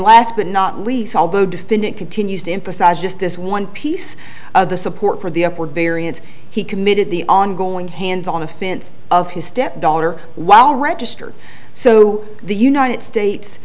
last but not least although definit continues to emphasize just this one piece of the support for the upward variance he committed the ongoing hands on offense of his stepdaughter while register so the united states